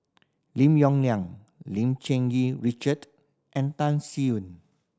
Lim Yong Liang Lim Cherng Yih Richard and Tan